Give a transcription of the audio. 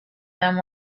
them